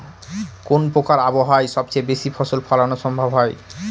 কোন প্রকার আবহাওয়ায় সবচেয়ে বেশি ফসল ফলানো সম্ভব হয়?